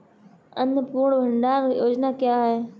अन्नपूर्णा भंडार योजना क्या है?